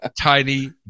tiny